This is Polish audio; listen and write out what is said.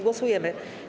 Głosujemy.